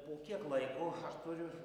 po kiek laiko aš turiu